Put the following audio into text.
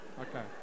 Okay